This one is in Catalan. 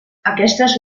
aquestes